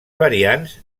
variants